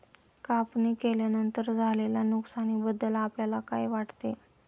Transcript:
कापणी केल्यानंतर झालेल्या नुकसानीबद्दल आपल्याला काय वाटते?